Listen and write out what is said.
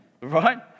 Right